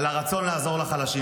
הרצון לעזור לחלשים.